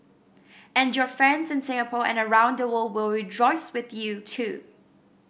and your friends in Singapore and around the world will rejoice with you too